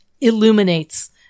illuminates